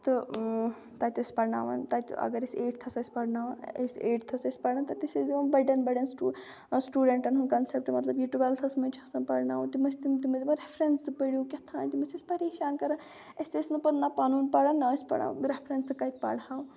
تہٕ تَتہِ ٲسۍ پَرناوَان تَتہِ اگر أسۍ ایٹتھَس ٲسۍ پَرناوَان أسۍ ایٹتھَس ٲسۍ پَران تَتہِ ٲسۍ أسۍ دِوَان بَڑٮ۪ن بَڑٮ۪ن سٹوٗ سٹوٗڈںٛٹَن ہُنٛد کَنسپٹ مطلب یہِ ٹُویلتھَس منٛز چھِ آسَان پَرناوَان تِم ٲسۍ تِم تِم ٲسۍ دَپَان ریفرَنسہٕ پٔرا، و کیاتھانۍ تِم ٲسۍ اَسہِ پریشان کَران اَسہِ ٲسۍ نہٕ پَتہٕ نہ پَنُن پَران نہ ٲسۍ پَران ریفرَنسہٕ کَتہِ پَرہَو